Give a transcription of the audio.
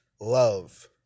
love